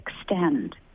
extend